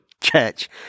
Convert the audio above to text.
Church